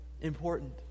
important